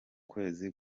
kwezi